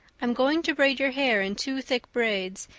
i'm going to braid your hair in two thick braids,